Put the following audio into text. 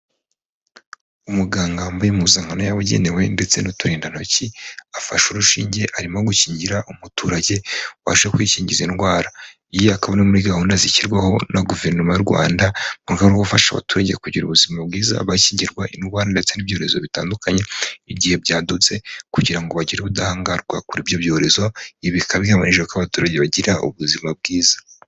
Umuganga wambaye impuzankano yabugenewe ndetse n'uturindantoki, afashe urushinge arimo gukingira umuturage ubasha kwikingiza indwara, iyi akaba ari muri gahunda zishyirwaho na Guverinoma y'u Rwanda mu rwego rwo gufasha abaturage kugira ubuzima bwiza bakingirwa indwara ndetse n'ibyorezo bitandukanye igihe byadutse kugira ngo bagire ubudahangarwa kuri ibyo byorezo, ibi bikaba bihamirije ko abaturage bagira ubuzima bwiza.